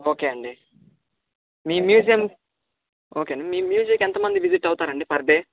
okay అండి మీ museum okay అండి మీ మ్యూజియంకి ఎంతమంది విజిట్ అవుతారండి పర్ డే